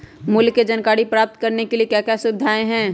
मूल्य के जानकारी प्राप्त करने के लिए क्या क्या सुविधाएं है?